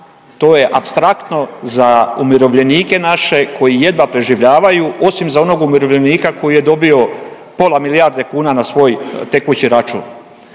to je apstraktno za umirovljenike naše koji jedva preživljavaju osim za onog umirovljenika koji je dobio pola milijarde kuna na svoj tekući račun